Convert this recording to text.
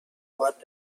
رقابت